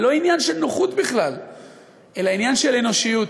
זה לא עניין של נוחות בכלל אלא עניין של אנושיות.